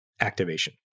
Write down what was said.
activation